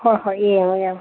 ꯍꯣꯏ ꯍꯣꯏ ꯌꯦꯡꯉꯣ ꯌꯦꯡꯉꯣ